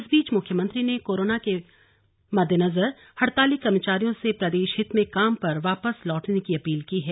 इस बीच मुख्यमंत्री ने कोरोना के मद्देनजर हड़ताली कर्मचारियों से प्रदेश हित में काम पर वापस लौटने की अपील की है